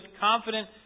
confident